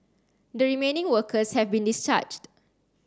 the remaining workers have been discharged